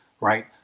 Right